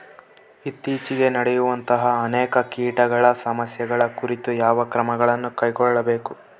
ಇತ್ತೇಚಿಗೆ ನಡೆಯುವಂತಹ ಅನೇಕ ಕೇಟಗಳ ಸಮಸ್ಯೆಗಳ ಕುರಿತು ಯಾವ ಕ್ರಮಗಳನ್ನು ಕೈಗೊಳ್ಳಬೇಕು?